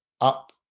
up